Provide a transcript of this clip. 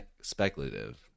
speculative